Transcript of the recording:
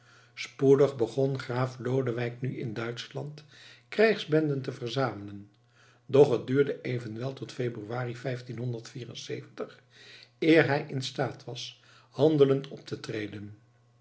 spoedig begon graaf lodewijk nu in duitschland krijgsbenden te verzamelen doch het duurde evenwel tot in februari eer hij instaat was handelend op te treden